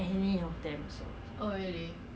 they got jio you 打麻将 orh